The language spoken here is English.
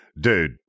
Dude